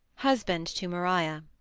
husband to maria.